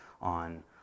on